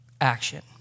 action